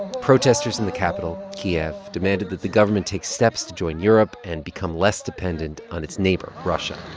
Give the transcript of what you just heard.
protesters in the capital, kiev, demanded that the government take steps to join europe and become less dependent on its neighbor russia